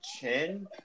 chin